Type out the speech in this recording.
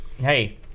Hey